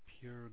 pure